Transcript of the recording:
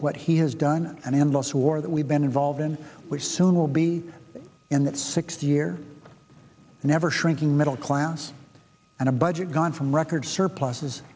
what he has done an endless war that we've been involved in we soon will be in that six year never shrinking middle class and a budget gone from record surpluses